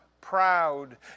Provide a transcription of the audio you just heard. proud